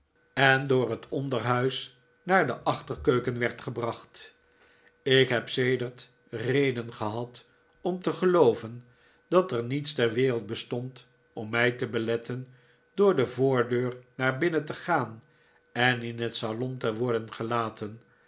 en door het een verbijsterende gebeurtenis onderhuis naar de achterkeuken werd gebracht ik heb sedert reden gehad om te gelooven dat er niets ter wereld bestond om mij te beletten door de voordeur naar binnen te gaan en in net salon te worden gelaten